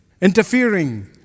interfering